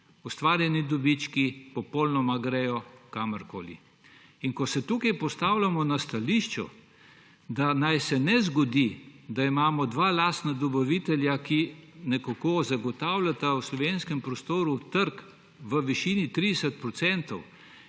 Ustvarjeni dobički gredo popolnoma kamorkoli. In ko se tukaj postavljamo na stališče, da naj se ne zgodi, da imamo dva lastna dobavitelja, ki zagotavljata v slovenskem prostoru trg v višini 30 % in od